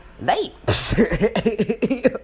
late